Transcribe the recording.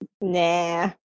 Nah